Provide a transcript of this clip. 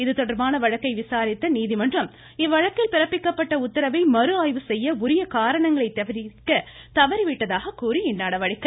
இதுதொடா்பான வழக்கை விசாரித்த நீதிமன்றம் இவ்வழக்கில் பிறப்பிக்கப்பட்ட உத்தரவை மறு ஆய்வு செய்ய உரிய காரணங்களை தெரிவிக்க தவறிவிட்டதாக கூறி இந்நடவடிக்கை